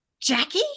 Jackie